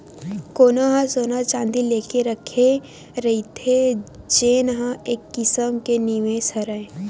कोनो ह सोना चाँदी लेके रखे रहिथे जेन ह एक किसम के निवेस हरय